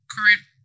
current